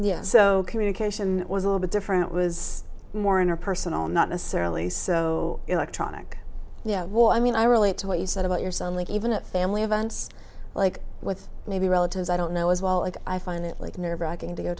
text so communication was a little bit different was more interpersonal not necessarily so electronic yeah i mean i relate to what you said about your son like even at family events like with maybe relatives i don't know as well if i find it like nerve wracking to go